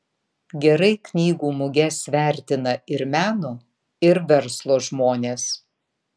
gerai knygų muges vertina ir meno ir verslo žmonės